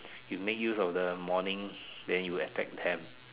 make use of the morning then you attack them